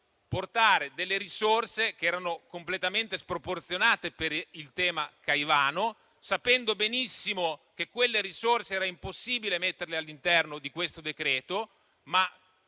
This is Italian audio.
portare risorse che erano completamente sproporzionate per il tema Caivano, sapendo benissimo che era impossibile stanziarle all'interno di questo decreto-legge,